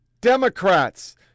Democrats